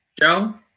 Joe